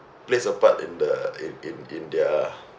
plays a part in the in in in their